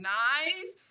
nice